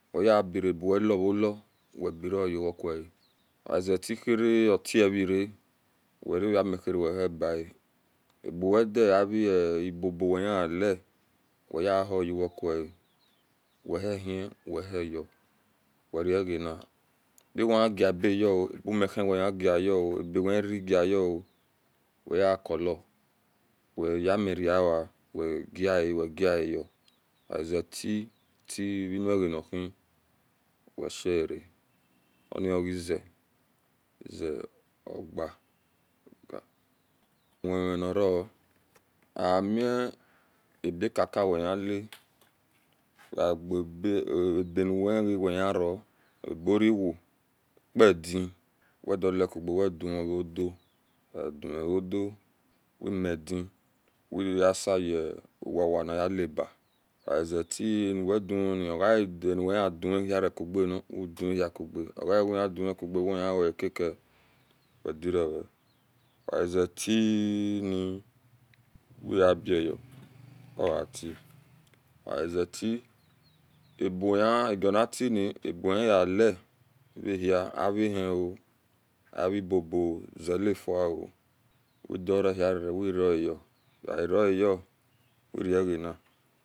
Weyea birabuwe lovolo webi ouwe oze tin khe okivra weovmisler wehibae abuwedie avi bo bo wehiyala weyiuhoa uwekue wehie yo werogani duwehi gabeyao ebumihi wehigayo abeuwe hirenegayo weyekola wemica wegae wegae yo ozetie ti eunvanahi weshe onogizi izi-ga uweminaro ami aebecaca wehita we-aebe aebeni wehiro aberiwa pidia wedolecoga wedemi vodio wedimi vodio umedi uyiata uwawa niyeleba ovazetie e amu we dimun ogaiuwaye diomin gan udimihauga uwihidimikoga ohiweakake wedirowe ogaze tie e̱ e̱ ni wiabao ogatie oze tie aonati eni abuwwhiyele vehi o ahibo-bo zelafua o udure hirereyo hireayo urgana.